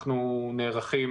אנחנו נערכים